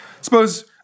Suppose